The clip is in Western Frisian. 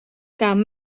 kaam